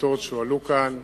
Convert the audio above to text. שאלות שהועלו כאן